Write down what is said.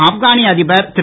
ஆப்கானிய அதிபர் திரு